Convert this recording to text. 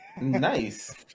nice